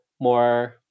more